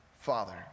father